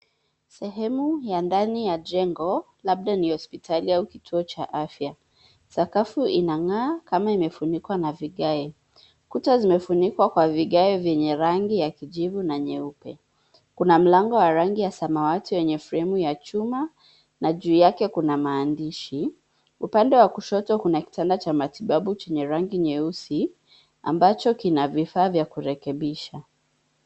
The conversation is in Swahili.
Sehemu ya ndani ya jengo labda ni hospitali au kituo cha afya. Sakafu inang'aa kama imefunikwa na vigae. Kuta zimefunikwa kwa vigae vyenye rangi ya kijivu na nyeupe. Kuna mlango wa rangi ya samawati wenye fremu ya chuma na juu yake kuna maandishi. Upande wa kushoto kuna kitanda cha matibabu chenye rangi nyeusi ambacho kina vifaa vya kurekebisha.